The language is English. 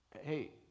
hey